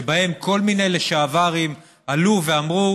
שבהם כל מיני לשעברים עלו ואמרו: